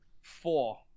Four